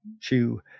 chew